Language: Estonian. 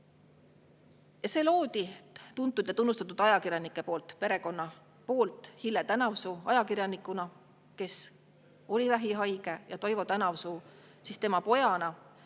See loodi tuntud ja tunnustatud ajakirjanike perekonna poolt: Hille Tänavsuu, ajakirjanik, kes oli vähihaige, ja Toivo Tänavsuu, tema poeg,